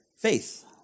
faith